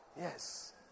Yes